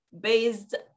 based